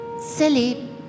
silly